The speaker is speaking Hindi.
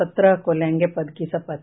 सत्रह को लेंगे पद की शपथ